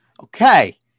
okay